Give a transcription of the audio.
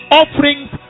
offerings